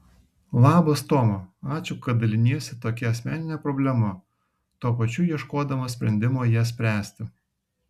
labas toma ačiū kad daliniesi tokia asmenine problema tuo pačiu ieškodama sprendimo ją spręsti